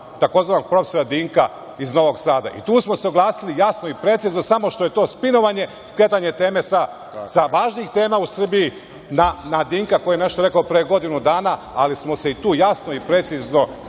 tzv. prof. Dinka iz Novog Sada. I tu smo se oglasili jasno i precizno, samo što je to spinovanje, skretanje teme sa važnih tema u Srbiji na Dinka koji je nešto rekao pre godinu dana, ali smo se i tu jasno i precizno